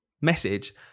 message